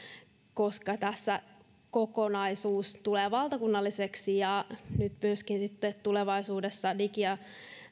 koska tässä kokonaisuus tulee valtakunnalliseksi ja nyt sitten tulevaisuudessa digi ja